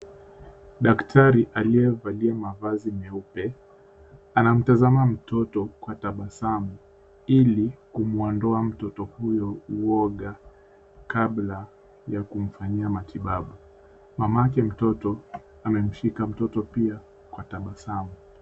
Daktari aliyevalia mavazi meupe anamtazama mtoto kwa tabasamu ili kumuondoa mtoto huyo uoga kabla ya kumfanyia matibabu. Mamake mtoto amemshika mtoto pia kwa tabasamu.